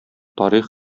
тарих